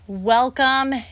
Welcome